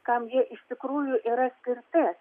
kam jie iš tikrųjų yra skirti